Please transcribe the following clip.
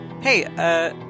Hey